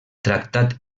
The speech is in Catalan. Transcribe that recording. tractat